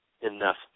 enough